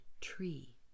tree